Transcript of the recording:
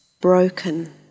broken